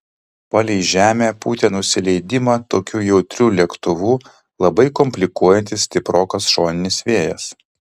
palei žemę pūtė nusileidimą tokiu jautriu lėktuvu labai komplikuojantis stiprokas šoninis vėjas